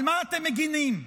על מה אתם מגינים?